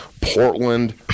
Portland